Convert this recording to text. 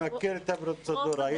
אני מכיר את הפרוצדורה.